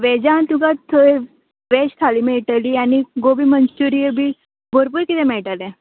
वॅजान तुका थंय वॅज थाली मेळटली आनी गोबी मंचुर्य बी भरपूर किरें मेळटलें